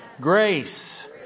grace